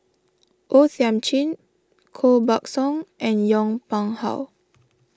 O Thiam Chin Koh Buck Song and Yong Pung How